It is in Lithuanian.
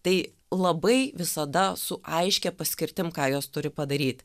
tai labai visada su aiškia paskirtim ką jos turi padaryt